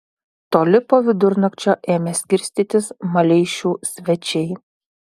toli po vidurnakčio ėmė skirstytis maleišių svečiai